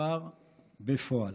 כבר בפועל.